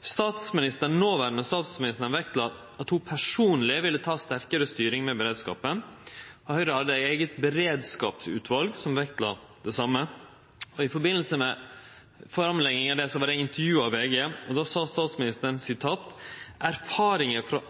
statsministeren la vekt på at ho personleg ville ta sterkare styring med beredskapen, og Høgre hadde eit eige beredskapsutval som la vekt på det same. I samband med framlegginga av dette vart Solberg og Werp intervjua av VG. Då sa statsministeren: «Erfaringen fra